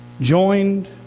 Joined